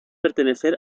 pertenecer